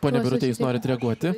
pone birute jūs norit reaguoti